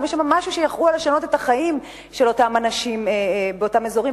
אם יש שם משהו שיכול לשנות את החיים של אותם אנשים באותם אזורים,